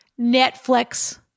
Netflix